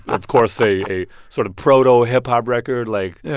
of course, a a sort of proto-hip-hop record. like,